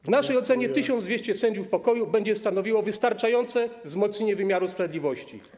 W naszej ocenie 1200 sędziów pokoju będzie stanowiło wystarczające wzmocnienie wymiaru sprawiedliwości.